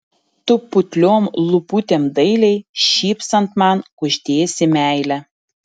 tu putliom lūputėm dailiai šypsant man kuždėsi meilę